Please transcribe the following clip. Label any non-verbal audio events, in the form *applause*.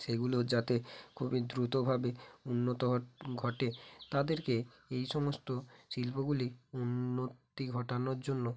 সেগুলো যাতে খুবই দ্রুতভাবে উন্নতি *unintelligible* ঘটে তাদেরকে এই সমস্ত শিল্পগুলির উন্নতি ঘটানোর জন্য